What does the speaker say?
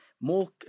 more